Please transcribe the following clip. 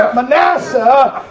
Manasseh